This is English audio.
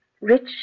rich